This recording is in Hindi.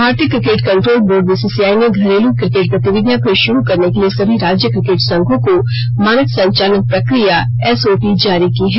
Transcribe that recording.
भारतीय क्रिकेट कंट्रोल बोर्ड बीसीआई ने घरेलू क्रिकेट गतिविधियां फिर शुरू करने के लिए सभी राज्य क्रिकेट संघों को मानक संचालन प्रक्रिया एसओपी जारी की है